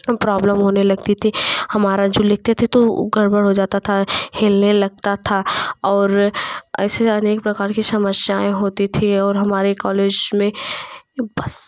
हम प्रॉब्लम होने लगती थी हमारा जो लिखते थे ऊ गड़बड़ हो जाता था हिलने लगता था और ऐसे अनेक प्रकार की समस्याएं होती थी और हमारे कॉलेज में बस